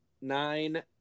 nine